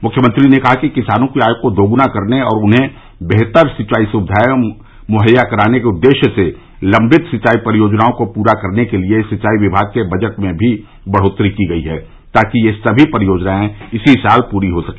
मुख्यमंत्री ने कहा कि किसानों की आय को दोगुना करने और उन्हें बेहतर सिंचाई सुविधाएं मुहैया कराने के उद्देश्य से लम्बित सिंचाई परियोजनाओं को पूरा करने के लिये सिंचाई विभाग के बजट में भी बढ़ोत्तरी की गई है ताकि यह सभी परियोजनाएं इसी साल पूरी हो सके